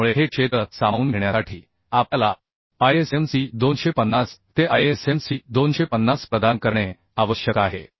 त्यामुळे हे क्षेत्र सामावून घेण्यासाठी आपल्याला ISMC 250 ते ISMC 250 प्रदान करणे आवश्यक आहे